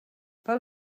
pel